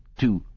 two,